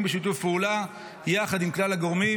בשיתוף פעולה יחד עם כלל הגורמים.